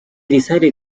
decided